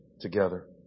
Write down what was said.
together